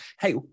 Hey